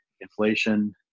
inflation